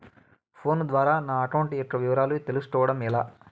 Phone ద్వారా నా account యొక్క వివరాలు తెలుస్కోవడం ఎలా?